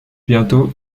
bientôt